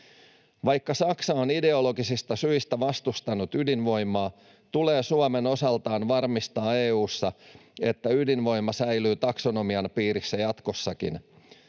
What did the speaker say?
Vaikka Saksa on ideologisista syistä vastustanut ydinvoimaa, tulee Suomen osaltaan varmistaa EU:ssa, että ydinvoima säilyy taksonomian piirissä jatkossakin.